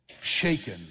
shaken